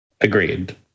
Agreed